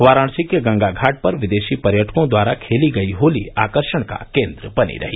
वाराणसी के गंगा घाट पर विदेशी पर्यटकों द्वारा खेली गयी होली आकर्षण का केन्द्र बनी रही